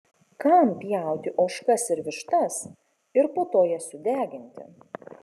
kam pjauti ožkas ir vištas ir po to jas sudeginti